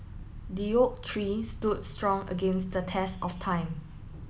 the oak tree stood strong against the test of time